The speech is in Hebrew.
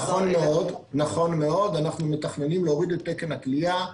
נכון מאוד, אנחנו מתכננים להוריד את תקן הכליאה,